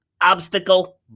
obstacle